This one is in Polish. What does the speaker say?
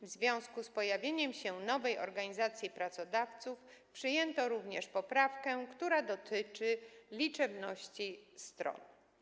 W związku z pojawieniem się nowej organizacji pracodawców przyjęto również poprawkę, która dotyczy liczebności stron.